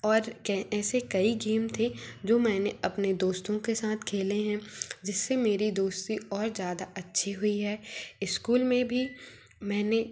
और ऐसे कई गेम थे जो मैंने अपने दोस्तों के साथ खेले हैं जिससे मेरी दोस्ती और ज़्यादा अच्छी हुई है इस्कूल में भी मैंने